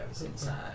Inside